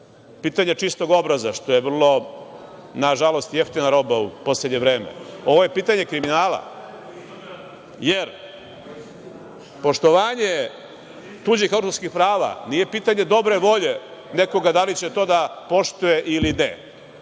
pitanje čistog obraza, što je vrlo, nažalost, jeftina roba u poslednje vreme. Ovo je pitanje kriminala, jer poštovanje tuđih autorskih prava nije pitanje dobre volje nekoga da li će to da poštuje ili ne,